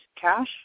cash